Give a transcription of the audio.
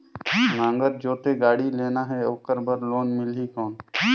नागर जोते गाड़ी लेना हे ओकर बार लोन मिलही कौन?